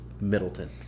Middleton